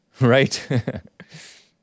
Right